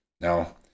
Now